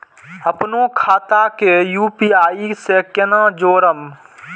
अपनो खाता के यू.पी.आई से केना जोरम?